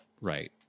right